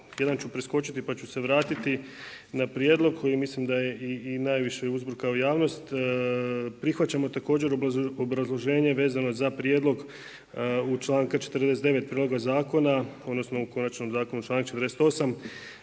jedan ću preskočiti pa ću se vratiti na prijedlog koji mislim da je i najviše uzbrkao javnost. Prihvaćamo također obrazloženje vezano za prijedlog u članak 49. prijedloga zakona, odnosno u konačnom zakonu članak 48.